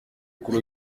kuri